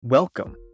Welcome